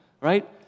right